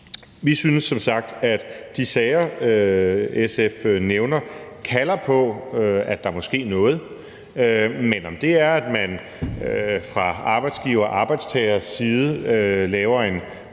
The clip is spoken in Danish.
Vi synes som sagt, at de sager, SF nævner, kalder på, at der må ske noget, men om det er, at man fra arbejdsgiver og arbejdstagers side laver en